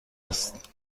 است